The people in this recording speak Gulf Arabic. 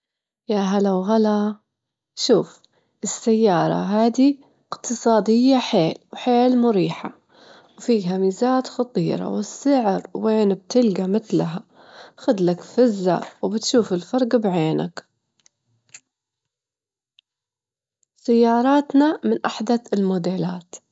أول سؤال أجوله بدي أسألك، شنو كان أصعب تحدي واجهته بحياتك المهنية؟ وكيف أنت جدرت تتغلب عليه؟ أنا دائمًا دايمًا- دايمًا أحب أعرف كيف الناس اللي وصلوا للنجاح يجدروا يتعاملون مع التحديات الكبيرة.